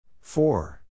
Four